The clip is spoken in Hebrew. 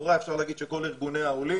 לכאורה אפשר לומר שכל ארגוני העולים,